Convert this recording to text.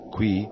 Qui